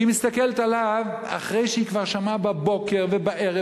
היא מסתכלת עליו אחרי שהיא כבר שמעה בבוקר ובערב